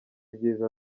ibyiza